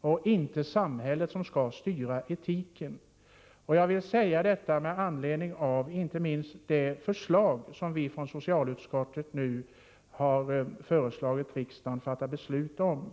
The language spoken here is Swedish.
och inte samhället som skall styra etiken. Jag vill inte minst säga detta med anledning av det förslag som vi från socialutskottet nu har förelagt riksdagen att fatta beslut om.